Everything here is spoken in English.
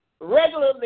regularly